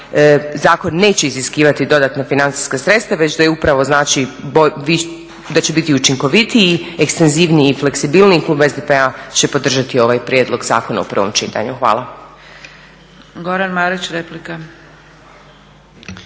zakon neće iziskivati dodatna financijska sredstva već da je uprava znači, da će biti učinkovitiji, ekstenzivniji i fleksibilniji, klub SDP-a će podržati ovaj prijedlog zakona u prvom čitanju. Hvala.